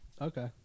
Okay